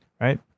Right